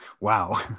wow